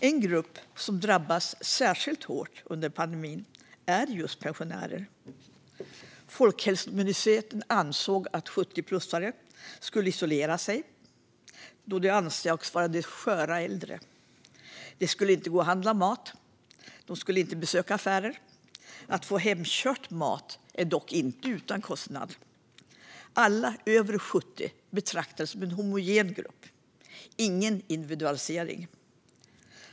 En grupp som har drabbats särskilt hårt av pandemin är just pensionärerna. Folkhälsomyndigheten ansåg att 70-plussare skulle isolera sig, då de ansågs vara sköra äldre. De skulle inte gå och handla mat och besöka affärer. Att få mat hemkörd är dock inte utan kostnad. Alla över 70 år betraktades som en homogen grupp - ingen individualisering.